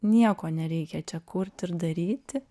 nieko nereikia čia kurti ir daryti